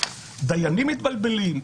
דיינים מתבלבלים,